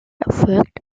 erfolgt